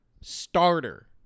starter